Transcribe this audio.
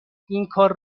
اینکار